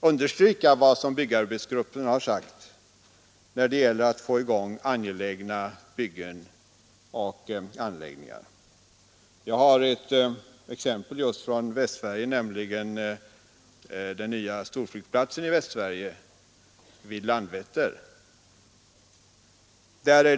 understryka vad som sagts från byggarbetsgruppen när det gäller att få i gång angelägna byggen och anläggningar. Vi har ett exempel just från Västsverige, nämligen den nya storflygplatsen i Landvetter.